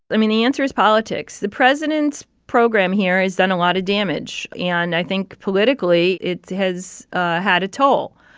i mean, the answer is politics. the president's program here has done a lot of damage. and i think politically, it has had a toll.